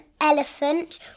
elephant